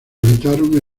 habitaron